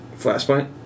Flashpoint